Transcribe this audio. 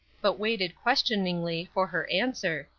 but waited, questioningly, for her answer,